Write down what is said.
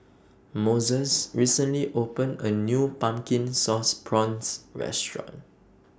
Moses recently opened A New Pumpkin Sauce Prawns Restaurant